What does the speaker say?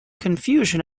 confusion